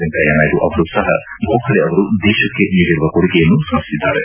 ವೆಂಕಯ್ಯ ನಾಯ್ಡ ಅವರೂ ಸಹ ಗೋಖಲೆ ಅವರು ದೇಶಕ್ಕೆ ನೀಡಿರುವ ಕೊಡುಗೆಯನ್ನು ಸ್ಕರಿಸಿದ್ದಾರೆ